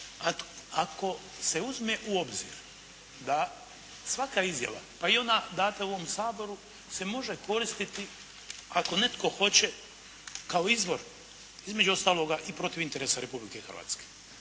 ako se uzme u obzir da svaka izjava pa i ona dana u ovom Saboru se može koristiti ako netko hoće kao izvor između ostaloga i protiv interesa Republike Hrvatske.